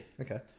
Okay